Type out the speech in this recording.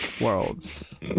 worlds